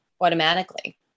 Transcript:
automatically